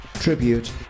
Tribute